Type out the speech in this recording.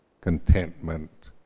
contentment